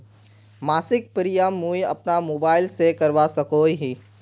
मासिक प्रीमियम मुई अपना मोबाईल से करवा सकोहो ही?